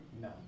No